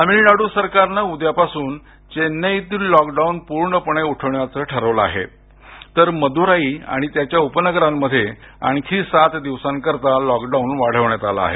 तमिळनाडू सरकारनं उद्यापासून चेन्नईतील लॉकडाऊन पूर्णपणे उठवण्याचं ठरवलं आहे तर मदुराई आणि त्याच्या उपनगरांमध्ये आणखी सात दिवसांकरिता लॉकडाऊन वाढविण्यात आला आहे